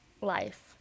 life